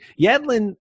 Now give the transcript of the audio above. Yedlin